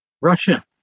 Russia